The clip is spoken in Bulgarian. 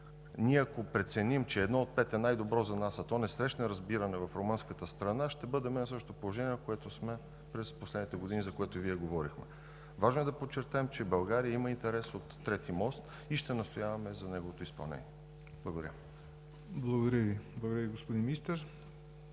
Ако преценим, че едно от пет е най-добро за нас, а то не срещне разбиране в румънската страна, ще бъдем на същото положение, на което сме през последните години, за което и Вие говорихте. Важното е да подчертаем, че България има интерес от трети мост и ще настояваме за неговото изпълнение. Благодаря. ПРЕДСЕДАТЕЛ ЯВОР НОТЕВ: Благодаря Ви, господин Министър.